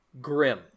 Grim